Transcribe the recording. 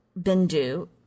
Bindu